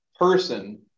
person